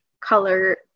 color